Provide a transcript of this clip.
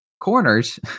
Corners